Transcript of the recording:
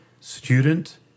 student